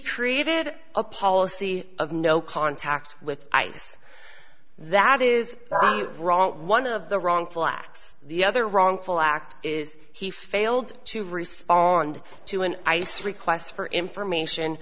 created a policy of no contact with ice that is wrong one of the wrongful acts the other wrongful act is he failed to respond to an ice request for information